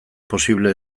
posible